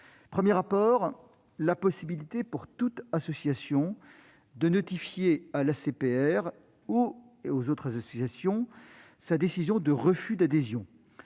Premier apport : la possibilité pour toute association de notifier à l'ACPR et aux autres associations sa décision de refus d'adhésion.